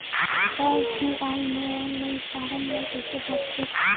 SBI म online form ल कइसे भरथे?